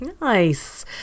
Nice